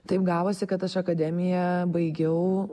taip gavosi kad aš akademiją baigiau